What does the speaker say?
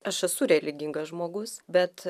aš esu religingas žmogus bet